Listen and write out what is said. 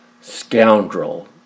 Scoundrel